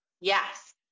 Yes